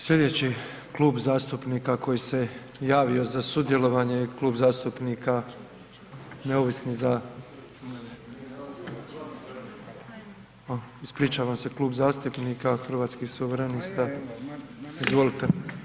Slijedeći klub zastupnika koji se javio za sudjelovanje, Klub zastupnika Neovisni za, ispričavam se, Klub zastupnika Hrvatskih suverenista, izvolite.